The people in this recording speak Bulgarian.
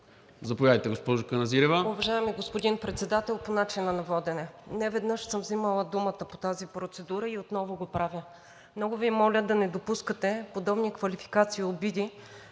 Заповядайте, госпожо Каназирева.